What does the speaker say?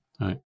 right